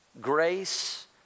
grace